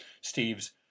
Steve's